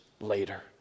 later